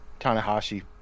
Tanahashi